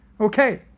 Okay